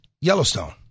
Yellowstone